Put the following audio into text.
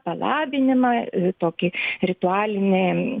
palabinimą tokį ritualinį